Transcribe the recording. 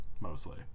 mostly